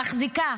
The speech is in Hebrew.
מחזיקה